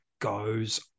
goes